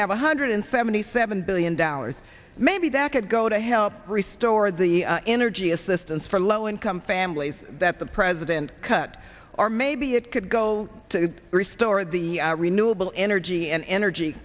have one hundred seventy seven billion dollars maybe that could go to help restore the energy assistance for low income families that the president cut or maybe it could go to restore the renewable energy and energy